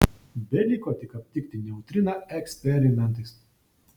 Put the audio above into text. beliko tik aptikti neutriną eksperimentais